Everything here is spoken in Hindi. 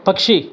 पक्षी